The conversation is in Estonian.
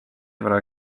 võrra